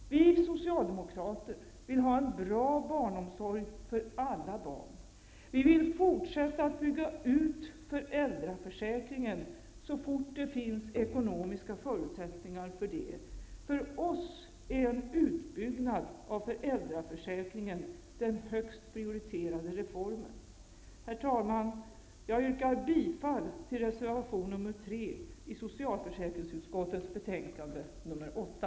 Vi socialdemokrater vill ha en bra barnomsorg för alla barn. Vi vill fortsätta att bygga ut föräldraförsäkringen så fort det finns ekonomiska förutsättningar för det. För oss är en utbyggnad av föräldraförsäkringen den högst prioriterade reformen. Herr talman! Jag yrkar bifall till reservation 3 i socialförsäkringsutskottets betänkande 8.